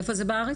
איפה זה בארץ?